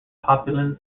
populace